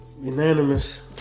Unanimous